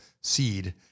seed